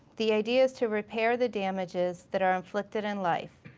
the idea is to repair the damages that are inflicted in life,